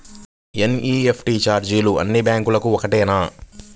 NEFT ఛార్జీలు అన్నీ బ్యాంక్లకూ ఒకటేనా?